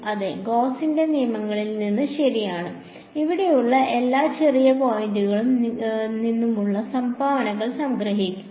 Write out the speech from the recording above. അതെ ഗോസിന്റെ നിയമങ്ങളിൽ നിന്ന് ശരിയാണ് ഇവിടെയുള്ള എല്ലാ ചെറിയ പോയിന്റുകളിൽ നിന്നുമുള്ള സംഭാവനകൾ സംഗ്രഹിക്കുക